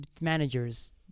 managers